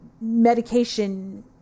medication